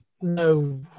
No